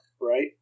right